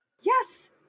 Yes